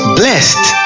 blessed